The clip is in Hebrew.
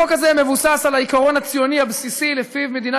החוק הזה מבוסס על העיקרון הציוני הבסיסי שלפיו מדינת